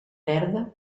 verda